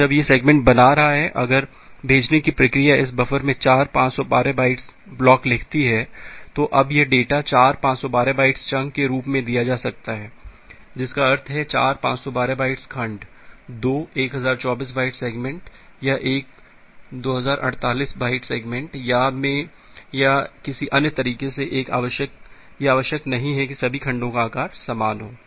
अब जब यह सेगमेंट बना रहा है अगर भेजने की प्रक्रिया इस बफ़र में चार 512 बाइट्स ब्लॉक लिखती है तो अब यह डेटा चार 512 बाइट्स चंक के रूप में दिया जा सकता है जिसका अर्थ है चार 512 बाइट्स खंड दो 1024 बाइट सेगमेंट या एक 2048 बाइट सेगमेंट या में किसी अन्य तरीके से यह आवश्यक नहीं है कि सभी खंडों को आकार समान हो